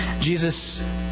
Jesus